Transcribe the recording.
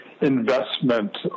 investment